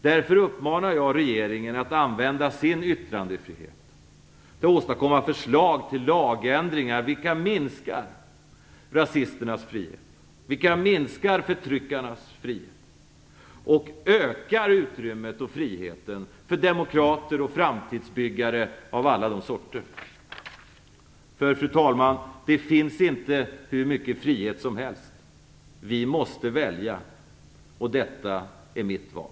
Därför uppmanar jag regeringen att använda sin yttrandefrihet till att åstadkomma förslag till lagändringar vilka minskar rasisternas frihet, vilka minskar förtryckarnas frihet och ökar utrymmet och friheten för demokrater och framtidsbyggare av alla de sorter. Fru talman! Det finns inte hur mycket frihet som helst. Vi måste välja, och detta är mitt val.